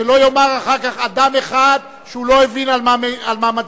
שלא יאמר אחר כך אדם אחד שהוא לא הבין על מה מצביעים.